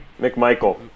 McMichael